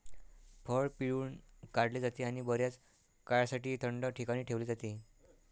फळ पिळून काढले जाते आणि बर्याच काळासाठी थंड ठिकाणी ठेवले जाते